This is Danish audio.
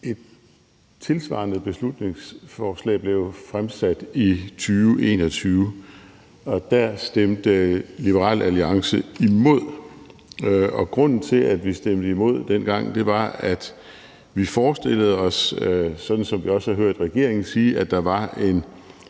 Et tilsvarende beslutningsforslag blev jo fremsat i 2021, og da stemte Liberal Alliance imod. Grunden til, at vi dengang stemte imod, var, at vi forestillede os, sådan som vi også har hørt regeringen sige det, at der var en